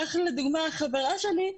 קח לדוגמה את חברה שלי,